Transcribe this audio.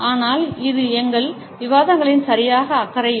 ஆனால் இது எங்கள் விவாதங்களில் சரியாக அக்கறை இல்லை